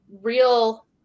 real